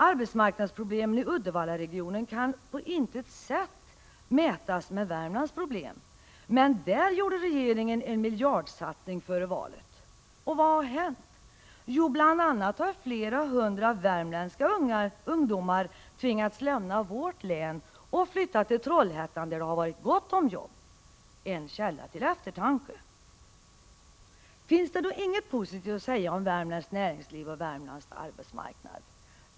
Arbetsmarknadsproblemen i Uddevallaregionen kan på intet sätt mätas med Värmlands problem, men där gjorde regeringen en miljardsatsning före valet. Och vad har hänt? Jo, bl.a. har flera hundra värmländska ungdomar tvingats lämna vårt län och flytta till Trollhättan, där det varit gott om jobb. En källa till eftertanke! Finns det då inget positivt att säga om värmländskt näringsliv och värmländsk arbetsmarknad?